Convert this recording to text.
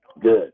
Good